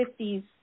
50s